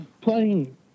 playing